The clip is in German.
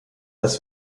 das